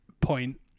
point